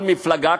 כל מפלגה,